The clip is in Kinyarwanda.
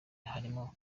harimo